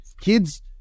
Kids